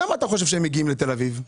למה אתה חושב שהם מגיעים לתל אביב?